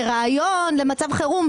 כרעיון למצב חירום,